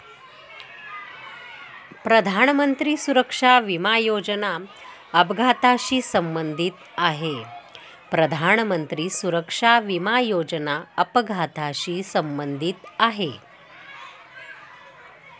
प्रधानमंत्री सुरक्षा विमा योजना अपघाताशी संबंधित आहे